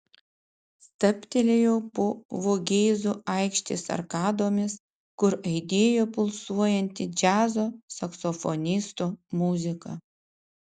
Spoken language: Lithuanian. stabtelėjau po vogėzų aikštės arkadomis kur aidėjo pulsuojanti džiazo saksofonisto muzika